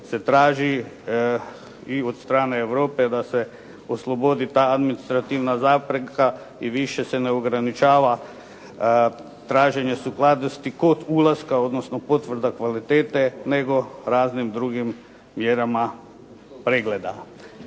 se traži i od strane Europe da se oslobodi ta administrativna zapreka i više se ne ograničava traženje sukladnosti kod ulaska odnosno potvrda kvalitete nego raznim drugim mjerama pregleda.